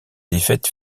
défaite